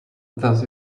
does